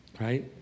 right